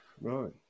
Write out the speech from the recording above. right